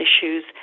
issues